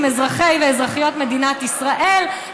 עם אזרחי ואזרחיות מדינת ישראל,